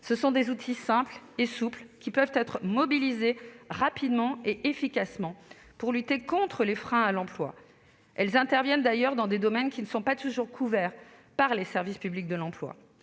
et souples, ces structures peuvent être mobilisées rapidement et efficacement pour lutter contre les freins à l'emploi. Elles interviennent d'ailleurs dans des domaines qui ne sont pas toujours couverts par les services publics de l'emploi.